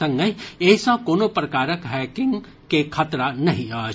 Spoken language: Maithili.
संगहि एहि सँ कोनो प्रकारक हैकिंग के खतरा नहि अछि